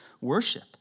worship